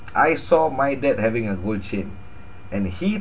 I saw my dad having a gold chain and he